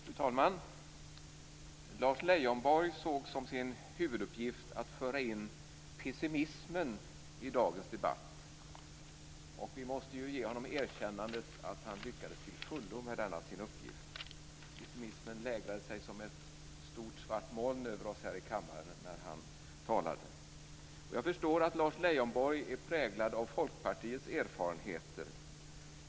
Fru talman! Lars Leijonborg såg som sin huvuduppgift att föra in pessimismen i dagens debatt. Vi måste ge honom erkännandet att han lyckades till fullo med denna sin uppgift. Pessimismen lägrade sig som ett stort svart moln över oss här i kammaren när han talade. Jag förstår att Lars Leijonborg är präglad av Folkpartiets erfarenheter.